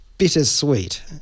Bittersweet